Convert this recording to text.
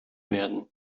werden